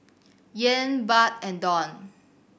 Yen Baht and Dong